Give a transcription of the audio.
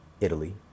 Italy